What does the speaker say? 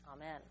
Amen